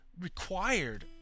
required